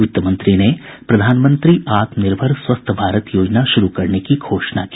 वित्त मंत्री ने प्रधानमंत्री आत्मनिर्भर स्वस्थ भारत योजना शुरू करने की घोषणा की